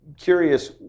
curious